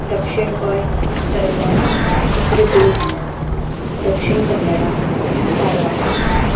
दक्षिण गोंय उत्तर गोंय चित्रदुर्ग दक्षिण कन्नडा धारवाड